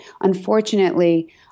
Unfortunately